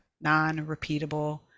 non-repeatable